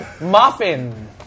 Muffin